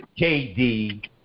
KD